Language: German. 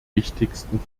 wichtigsten